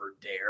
dare